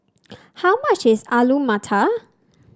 how much is Alu Matar